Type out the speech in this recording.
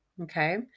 Okay